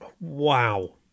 Wow